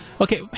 Okay